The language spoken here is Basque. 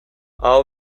aho